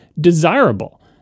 desirable